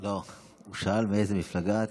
לא, הוא שאל מאיזו מפלגה את.